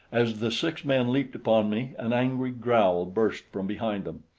as the six men leaped upon me, an angry growl burst from behind them.